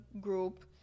group